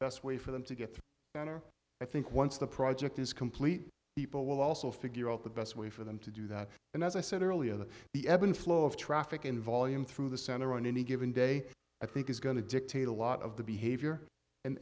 best way for them to get the better i think once the project is complete people will also figure out the best way for them to do that and as i said earlier the ebb and flow of traffic in volume through the center on any given day i think is going to dictate a lot of the behavior and